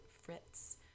FRITZ